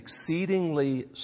exceedingly